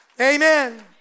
Amen